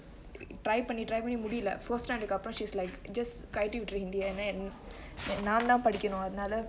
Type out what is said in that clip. try பன்னி:panni try பன்னி முடில:panni mudile fourth standard கு அப்ரொ:ku apro she is like கழட்டி விட்டுடு:kazhetti vitudu hindi ய நான்தா படிக்கனு அதுநால:ye naanthaa padikanu athunaale